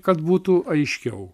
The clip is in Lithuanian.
kad būtų aiškiau